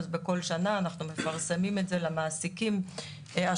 אז בכל שנה אנחנו מפרסמים את זה למעסיקים השונים.